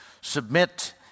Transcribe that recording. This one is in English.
submit